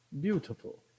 beautiful